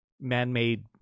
man-made